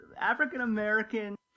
African-American